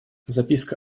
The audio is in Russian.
записка